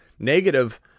Negative